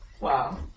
Wow